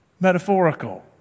metaphorical